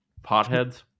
potheads